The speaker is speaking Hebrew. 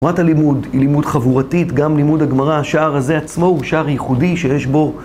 תורת הלימוד היא לימוד חבורתית, גם לימוד הגמרא, השער הזה עצמו הוא שער ייחודי שיש בו